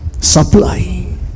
supply